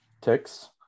ticks